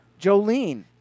Jolene